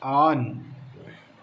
on